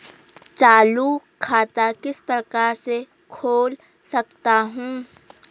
चालू खाता किस प्रकार से खोल सकता हूँ?